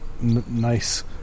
nice